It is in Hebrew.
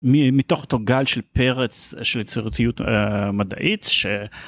מי מתוך אותו גל של פרץ של יצירתיות מדעית ש..